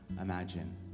imagine